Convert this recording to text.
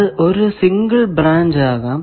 അത് ഒരു single branch ആകാം